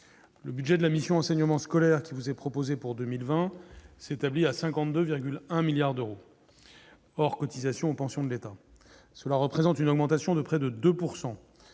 le budget de la mission enseignement scolaire qui vous est proposé pour 2020, s'établit à 52 ans 1 milliard d'euros hors cotisations aux pensions de l'État, cela représente une augmentation de près de 2